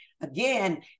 Again